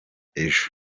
ejo